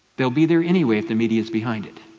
they'll be there anyway the media's behind it.